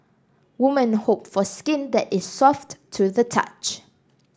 women hope for skin that is soft to the touch